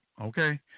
okay